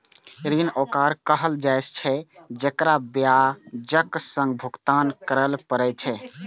ऋण ओकरा कहल जाइ छै, जेकरा ब्याजक संग भुगतान करय पड़ै छै